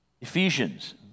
Ephesians